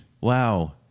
Wow